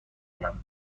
کنم